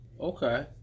Okay